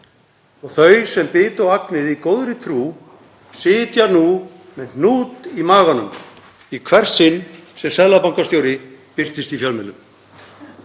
Þau sem bitu á agnið í góðri trú sitja nú með hnút í maganum í hvert sinn sem seðlabankastjóri birtist í fjölmiðlum.